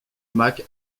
mac